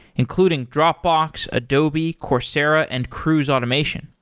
including dropbox, adobe, coursera and cruise automation.